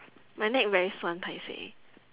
my neck very 酸 paiseh